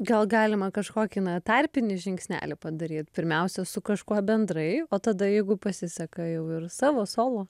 gal galima kažkokį na tarpinį žingsnelį padaryt pirmiausia su kažkuo bendrai o tada jeigu pasiseka jau ir savo solo